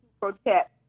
protect